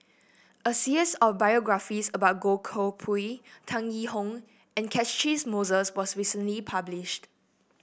a series of biographies about Goh Koh Pui Tan Yee Hong and Catchick Moses was recently published